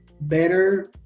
better